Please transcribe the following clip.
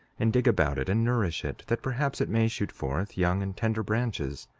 and dig about it, and nourish it, that perhaps it may shoot forth young and tender branches,